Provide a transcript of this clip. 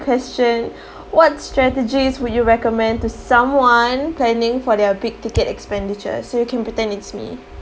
question what strategies would you recommend to someone planning for their big ticket expenditure so you can pretend it's me